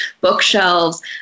bookshelves